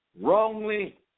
wrongly